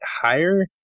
higher